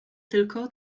tylko